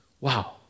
Wow